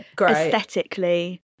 aesthetically